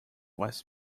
was